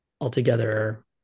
altogether